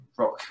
rock